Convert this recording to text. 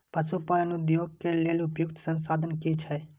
पशु पालन उद्योग के लेल उपयुक्त संसाधन की छै?